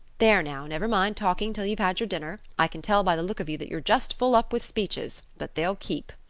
there now, never mind talking till you've had your dinner. i can tell by the look of you that you're just full up with speeches, but they'll keep.